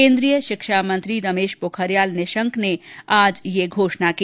केन्द्रीय शिक्षा मंत्री रमेश पोखरियाल निशंक ने आज यह घोषणा की